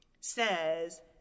says